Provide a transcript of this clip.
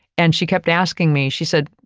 and she kept asking me, she said,